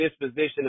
disposition